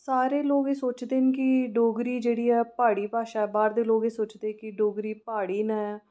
सारे लोक एह् सोचदे न कि डोगरी जेह्ड़ी ऐ प्हाड़ी भाशा ऐ बाह्र दे लोक एह् सोचदे कि डोगरी प्हाड़ी न